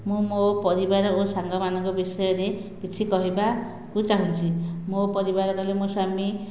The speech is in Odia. ମୁଁ ମୋ ପରିବାର ଓ ସାଙ୍ଗମାନଙ୍କ ବିଷୟରେ କିଛି କହିବାକୁ ଚାହୁଁଛି ମୋ ପରିବାର କହିଲେ ମୋ ସ୍ଵାମୀ